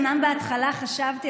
אומנם בהתחלה חשבתי,